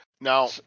Now